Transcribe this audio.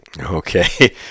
Okay